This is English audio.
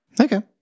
Okay